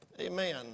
Amen